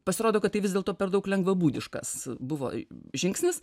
pasirodo kad tai vis dėlto per daug lengvabūdiškas buvo žingsnis